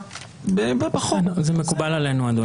אדוני, זה מקובל עלינו.